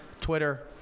Twitter